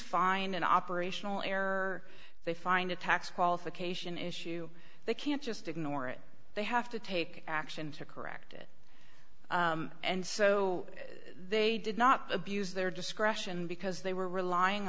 find an operational error they find a tax qualification issue they can't just ignore it they have to take action to correct it and so they did not abuse their discretion because they were relying